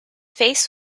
face